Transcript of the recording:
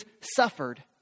suffered